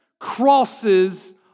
crosses